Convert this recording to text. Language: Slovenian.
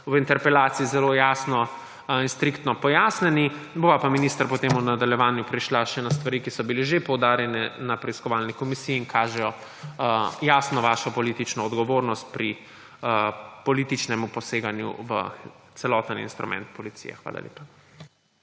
v interpelaciji zelo jasno in striktno pojasnjeni. Bova pa, minister, potem v nadaljevanju prišla še na stvari, ki so bile že poudarjene na preiskovalni komisiji in jasno kažejo vašo politično odgovornost pri političnemu poseganju v celoten instrument policije. Hvala lepa.